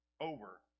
over